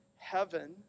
heaven